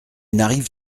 n’arrive